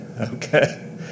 Okay